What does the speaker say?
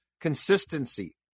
consistency